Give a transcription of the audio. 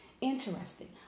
Interesting